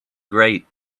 great